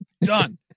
Done